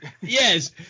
Yes